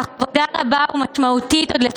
אך עבודה רבה ומשמעותית עוד לפנינו.